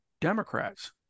democrats